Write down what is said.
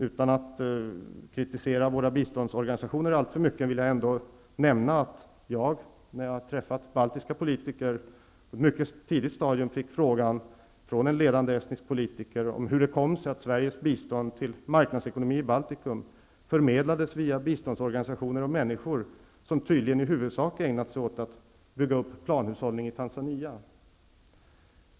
Utan att kritisera våra biståndsorganisationer alltför mycket vill jag nämna att jag, när jag träffade baltiska politiker, på ett mycket tidigt stadium fick frågan från en ledande estnisk politiker, hur det kom sig att Sveriges bistånd till marknadsekonomi i Baltikum förmedlades via biståndsorganisationer och människor som tydligen i huvudsak ägnat sig åt att bygga upp planhushållning i Tanzania.